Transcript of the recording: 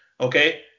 Okay